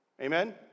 amen